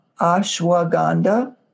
ashwagandha